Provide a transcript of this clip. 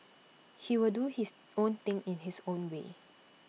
he will do his own thing in his own way